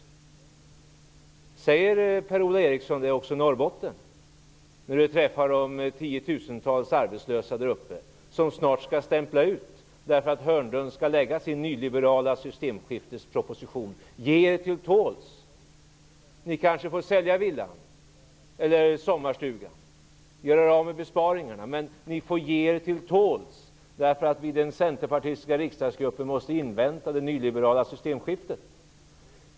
Är det vad Per-Ola Eriksson säger också i Norrbotten när han träffar de tiotusentals arbetslösa där som snart skall stämpla ut, därför att Hörnlund skall lägga fram sin nyliberala systemskiftesproposition? Ge er till tåls. Ni får kanske sälja villan eller sommarstugan. Ni får kanske göra er av med besparingarna, men ni får ge er till tåls, därför att vi i den centerpartistiska riksdagsgruppen måste invänta det nyliberala systemskiftet.